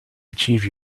achieve